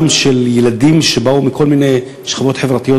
למען ילדים שבאו מכל מיני שכבות חברתיות,